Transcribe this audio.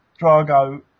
Drago